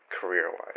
career-wise